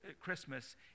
Christmas